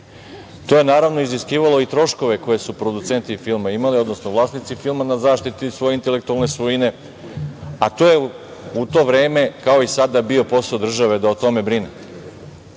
To je naravno iziskivalo i troškove koje su producenti filma imali, odnosno vlasnici filma na zaštiti svoje intelektualne svojine, a to je u to vreme kao i sada bio posao države da o tome brine. Tako